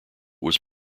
was